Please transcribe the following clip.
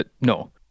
no